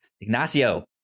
Ignacio